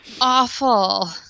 awful